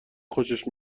خوشش